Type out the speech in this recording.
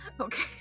Okay